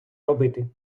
робити